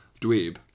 dweeb